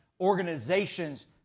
organizations